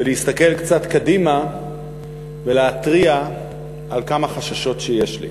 ולהסתכל קצת קדימה ולהתריע על כמה חששות שיש לי.